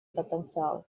потенциал